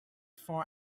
four